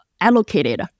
allocated